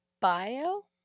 Bio